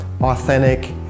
authentic